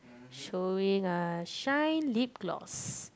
showing a shine lip gloss